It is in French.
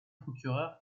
procureur